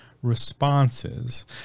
responses